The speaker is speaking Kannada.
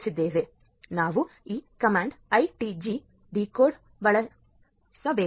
ಆದ್ದರಿಂದ ನಾವು ಈ ಕಮಾಂಡ್ ಐಟಿಜಿ ಡಿಕೋಡ್ ಬಳಸಬೇಕಾಗಿದೆ